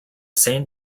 saint